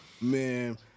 man